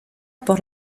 por